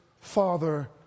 Father